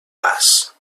bas